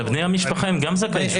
בני המשפחה הם גם זכאי שבות.